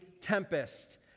tempest